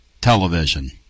television